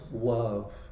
love